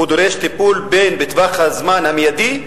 הוא דורש טיפול הן בטווח הזמן המיידי,